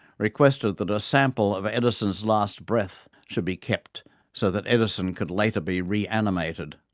requested that a sample of edison's last breath should be kept so that edison could later be reanimated.